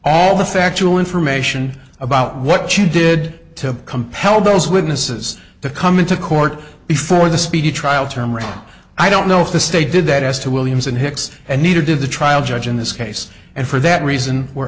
all the factual information about what you did to compel those witnesses to come into court before the speedy trial turmeric i don't know if the state did that as to williams and hicks and neither did the trial judge in this case and for that reason we're